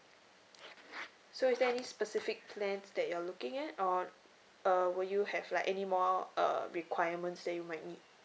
so is there any specific plans that you are looking at or uh will you have like any more uh requirements that you might need